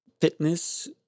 fitness